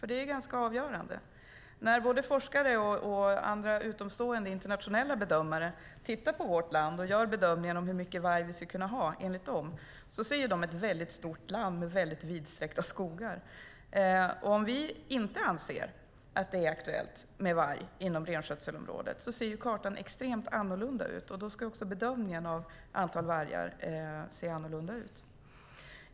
Det är ganska avgörande. När både forskare och andra utomstående internationella bedömare tittar på vårt land och gör en bedömning av hur mycket varg vi ska kunna ha ser de ett väldigt stort land med vidsträckta skogar. Om vi inte anser att det är aktuellt med varg inom renskötselområdet ser kartan extremt annorlunda ut, och då ska bedömningen av antalet vargar se annorlunda ut.